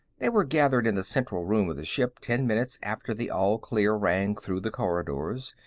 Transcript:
they were gathered in the central room of the ship ten minutes after the all-clear rang through the corridors,